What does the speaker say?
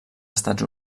estats